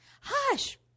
Hush